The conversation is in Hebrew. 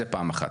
זה פעם אחת.